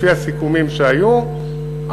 לפי הסיכומים שהיו,